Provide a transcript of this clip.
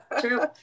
true